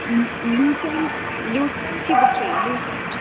लू lu Lucent Lucent की book चाहिए लुसेंट